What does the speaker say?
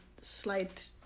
slight